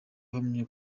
ahamya